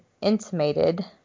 intimated